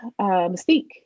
Mystique